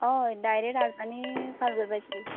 हय डायरेक्ट हाडपाची आनी खाली करपाची